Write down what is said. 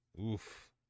Oof